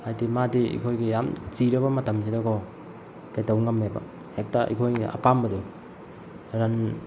ꯍꯥꯏꯗꯤ ꯃꯥꯗꯤ ꯑꯩꯈꯣꯏꯒꯤ ꯌꯥꯝ ꯆꯤꯔꯕ ꯃꯇꯝꯁꯤꯗ ꯀꯣ ꯀꯩꯗꯧ ꯉꯝꯃꯦꯕ ꯍꯦꯛꯇ ꯑꯩꯈꯣꯏꯒꯤ ꯑꯄꯥꯝꯕꯗꯣ ꯔꯟ